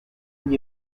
n’y